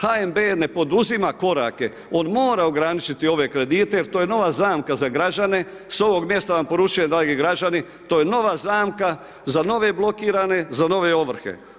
HNB ne poduzima korake, on mora ograničiti ove kredite jer to je nova zamka za građane, s ovog mjesta vam poručujem dragi građani, to je nova zamka za nove blokirane, za nove ovrhe.